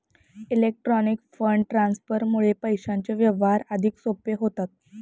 electronic fund ट्रान्सफरमुळे पैशांचे व्यवहार अधिक सोपे होतात